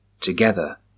together